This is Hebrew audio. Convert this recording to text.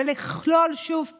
ולכלול שוב פעם,